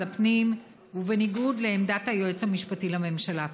הפנים ובניגוד לעמדת היועץ המשפטי לממשלה.